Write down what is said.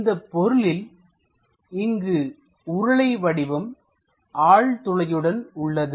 இந்தப் பொருளில் இங்கு உருளை வடிவம் ஆழ் துளையுடன் உள்ளது